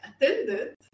attended